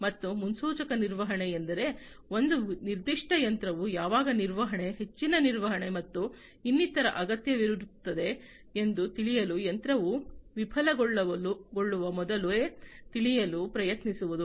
ಮತ್ತು ಮುನ್ಸೂಚಕ ನಿರ್ವಹಣೆ ಎಂದರೆ ಒಂದು ನಿರ್ದಿಷ್ಟ ಯಂತ್ರವು ಯಾವಾಗ ನಿರ್ವಹಣೆ ಹೆಚ್ಚಿನ ನಿರ್ವಹಣೆ ಮತ್ತು ಇನ್ನಿತರ ಅಗತ್ಯವಿರುತ್ತದೆ ಎಂದು ತಿಳಿಯಲು ಯಂತ್ರವು ವಿಫಲಗೊಳ್ಳುವ ಮೊದಲೇ ತಿಳಿಯಲು ಪ್ರಯತ್ನಿಸುವುದು